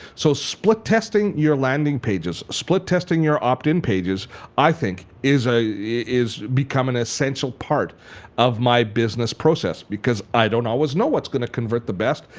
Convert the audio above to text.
so split-testing your landing pages, split-testing your opt-in pages i think is ah is becoming an essential part of my business process because i don't always know what's going to convert the best.